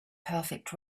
perfect